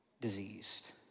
diseased